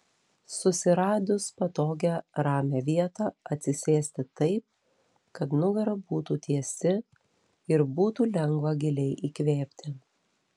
susiradus patogią ramią vietą atsisėsti taip kad nugara būtų tiesi ir būtų lengva giliai įkvėpti